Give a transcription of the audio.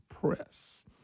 press